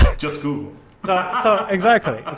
just google so exactly.